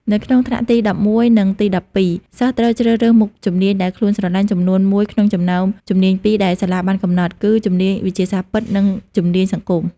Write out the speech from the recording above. នៅក្នុងថ្នាក់ទី១១ និងទី១២ សិស្សត្រូវជ្រើសរើសមុខជំនាញដែលខ្លួនស្រលាញ់ចំនួនមួយក្នុងចំណោមជំនាញពីរដែលសាលាបានកំណត់ គឺជំនាញវិទ្យាសាស្ត្រពិត និងជំនាញសង្គម។